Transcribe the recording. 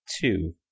two